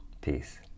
Peace